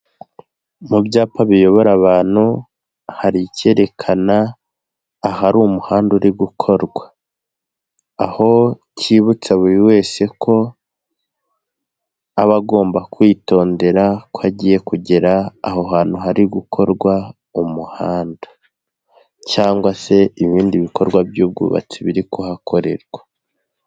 Mu byapa biyobora abantu, hari icyerekana ahari umuhanda uri gukorwa, aho cyibutsa buri wese ko aba agomba kwitondera ko agiye kugera aho hantu hari gukorwa umuhanda, cyangwa se ibindi bikorwa by'ubwubatsi biri kuhakorerwa.